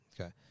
Okay